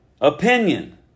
Opinion